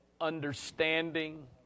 understanding